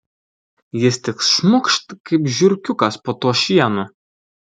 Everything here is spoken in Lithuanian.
jis tik šmukšt kaip žiurkiukas po tuo šienu